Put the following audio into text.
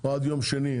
או עד יום שני,